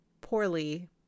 poorly